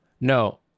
No